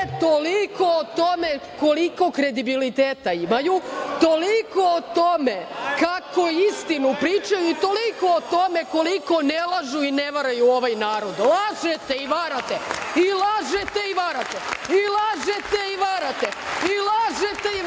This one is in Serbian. toliko o tome koliko kredibiliteta imaju, toliko o tome kako istinu pričaju i toliko o tome koliko ne lažu i ne varaju ovaj narod. Lažete i varate! I, lažete i varate! I, lažete i varate!I, lažete i varate,